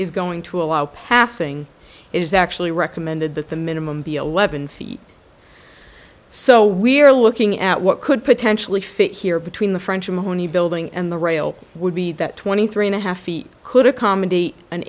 is going to allow passing it is actually recommended that the minimum be eleven feet so we're looking at what could potentially fit here between the french ammonia building and the rail would be that twenty three and a half feet could accommodate an